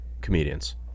comedians